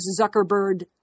Zuckerberg